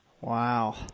Wow